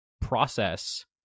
process